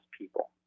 people